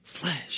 flesh